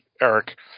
Eric